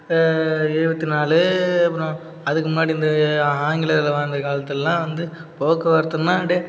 எழுபத்தி நாலு அப்புறம் அதுக்கு முன்னாடி இந்த ஆங்கிலேயர் வாழ்ந்த காலத்துலலாம் வந்து போக்குவரத்துன்னா அப்படியே